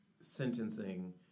sentencing